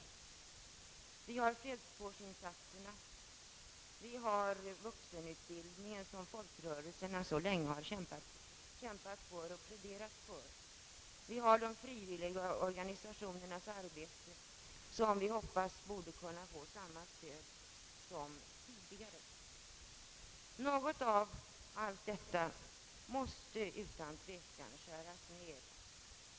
Vi har fredskårsinsatserna, vi har vuxenutbildningen som folkrörelserna så länge har kämpat för och pläderat för. Vi har de frivilliga organisationernas arbete som vi hoppas borde kunna få samma stöd som tidigare. Något av allt detta måste utan tvekan skäras ned.